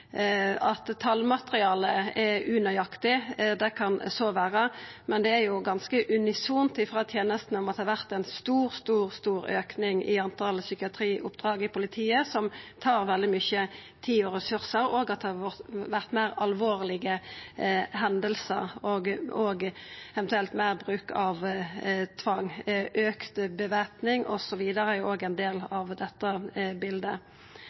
At talmaterialet er unøyaktig, kan så vera, men det er ganske unisont frå tenestene at det har vore ein stor, stor auke i talet på psykiatrioppdrag i politiet, noko som tar veldig mykje tid og ressursar, og at det har vore meir alvorlege hendingar og eventuelt meir bruk av tvang. Auka væpning osv. er òg ein del av dette bildet.